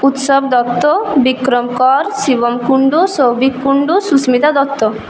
উৎসব দত্ত বিক্রম কর শিবম কুণ্ডু শৌভিক কুণ্ডু সুস্মিতা দত্ত